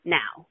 now